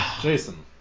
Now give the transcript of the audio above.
Jason